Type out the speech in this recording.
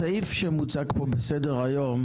הסעיף שמוצג פה בסדר היום,